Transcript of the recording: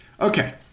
okay